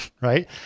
right